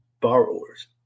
borrowers